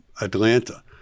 Atlanta